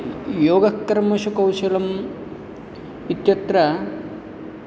योगः कर्मसु कौशलम् इत्यत्र